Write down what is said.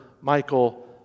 Michael